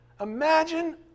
Imagine